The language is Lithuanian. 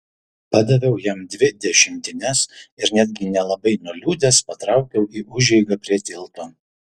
padaviau jam dvi dešimtines ir netgi nelabai nuliūdęs patraukiau į užeigą prie tilto